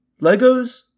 Legos